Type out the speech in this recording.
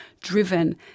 driven